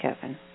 Kevin